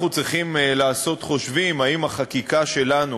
אנחנו צריכים לעשות חושבים האם החקיקה שלנו,